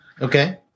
Okay